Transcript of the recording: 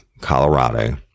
Colorado